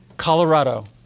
Colorado